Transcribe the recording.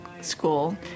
school